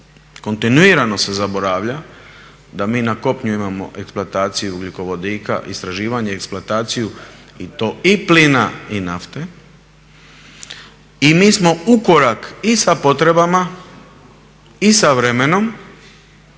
Kontinuirano se zaboravlja da mi na kopnu imamo eksploataciju ugljikovodika, istraživanje i eksploataciju i to i plina i nafte i mi smo u korak i sa potrebama i sa vremenom.